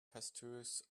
pastures